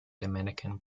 dominican